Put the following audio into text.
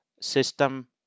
system